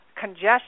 congestion